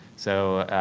so,